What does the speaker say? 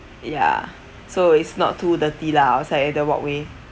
ya so it's not too dirty lah outside the walkway